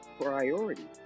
priority